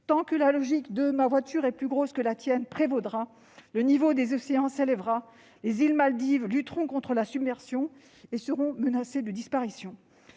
Tant que la logique de « ma voiture est plus grosse que la tienne » prévaudra, le niveau des océans s'élèvera, les îles Maldives lutteront contre la submersion et seront menacées de disparition.